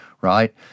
right